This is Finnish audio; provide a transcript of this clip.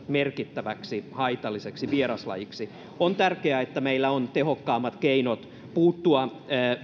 merkittäväksi haitalliseksi vieraslajiksi on tärkeää että meillä on tehokkaammat keinot puuttua